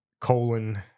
colon